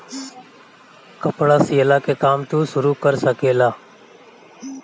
कपड़ा सियला के काम तू शुरू कर सकेला